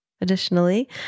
Additionally